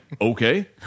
okay